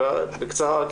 בקצרה.